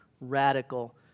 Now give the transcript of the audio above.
radical